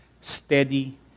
steady